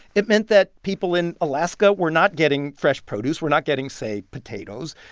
it meant that people in alaska were not getting fresh produce, were not getting, say, potatoes.